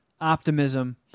optimism